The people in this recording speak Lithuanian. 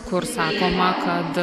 kur sakoma kad